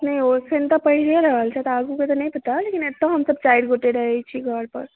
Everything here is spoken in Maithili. नहि ओ एखनि तऽ पढ़िए रहल छथि आगूके तऽ नहि पता लेकिन एतय हमसभ चारि गोटए रहैत छी घरपर